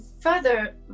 further